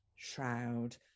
shroud